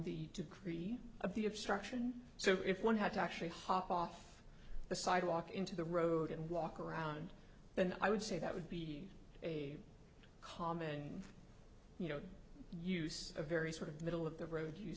of the obstruction so if one had to actually hop off the sidewalk into the road and walk around then i would say that would be a common you know use a very sort of middle of the road use